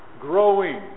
growing